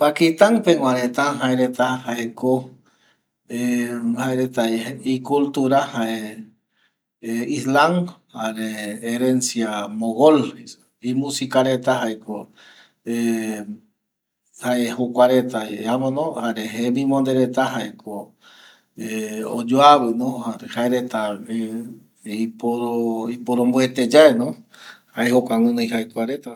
Pakistan peguareta jaereta jaeko jaereta icultura jae islan jare herencia mongole imusica reta jaeko jae jokuareta ramono jare jemimonde reta jaeko oyoavɨno jaereta iporomboete yaeno jae kua guiɨnoi kua reta